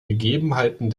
gegebenheiten